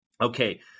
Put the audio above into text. Okay